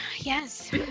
yes